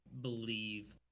believe